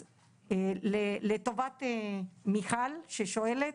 אז לטובת מיכל ששואלת,